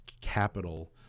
capital